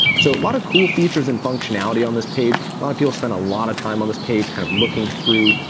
so a lot of cool features and functionality on this page. a lot of people spend a lot of time on this page kind of looking through,